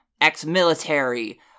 ex-military